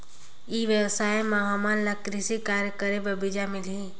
ई व्यवसाय म हामन ला कृषि कार्य करे बर बीजा मिलही?